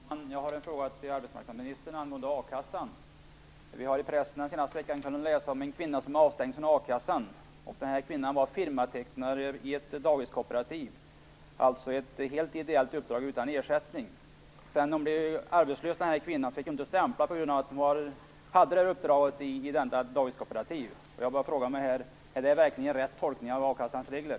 Fru talman! Jag har en fråga till arbetsmarknadsministern angående a-kassan. Vi har i pressen den senaste veckan kunnat läsa om en kvinna som är avstängd från a-kassan. Hon var firmatecknare i ett dagiskooperativ. Det rörde sig alltså om ett helt ideellt uppdrag utan ersättning. När denna kvinna blev arbetslös, fick hon inte stämpla på grund av att hon hade detta uppdrag. Är det verkligen rätt tolkning av a-kassans regler?